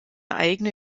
eigene